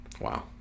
Wow